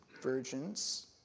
virgins